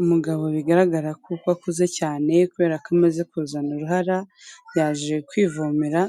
Umugabo bigaragara yuko akuze cyane kubera ko amaze kuzana uruhara yaje kwivomera,